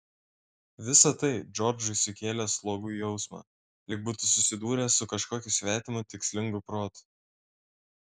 visa tai džordžui sukėlė slogų jausmą lyg būtų susidūręs su kažkokiu svetimu tikslingu protu